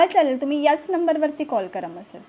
चालेल तुम्ही याच नंबरवरती कॉल करा मग सर